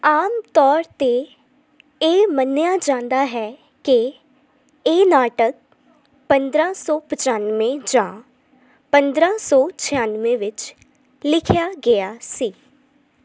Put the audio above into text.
ਆਮ ਤੌਰ 'ਤੇ ਇਹ ਮੰਨਿਆ ਜਾਂਦਾ ਹੈ ਕਿ ਇਹ ਨਾਟਕ ਪੰਦਰ੍ਹਾਂ ਸੌ ਪਚਾਨਵੇਂ ਜਾਂ ਪੰਦਰ੍ਹਾਂ ਸੌ ਛਿਆਨਵੇਂ ਵਿੱਚ ਲਿਖਿਆ ਗਿਆ ਸੀ